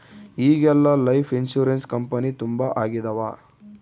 ಈಗೆಲ್ಲಾ life insurance company ತುಂಬಾ ಆಗಿದವ